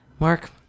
Mark